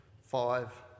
five